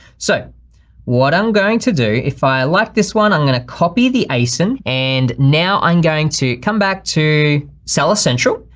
so what i'm going to do, if i like this one i'm gonna copy the asin and now i'm going to come back to seller central,